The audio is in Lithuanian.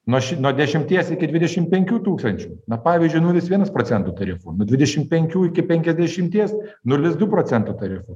nuoši nuo dešimties iki dvidešim penkių tūkstančių na pavyzdžiui nulis vieno procento tarifu nuo dvidešim penkių iki penkiasdešimties nulis du procento tarifu